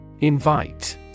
Invite